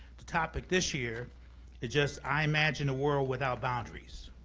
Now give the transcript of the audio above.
the topic this year is just i imagine a world without boundaries.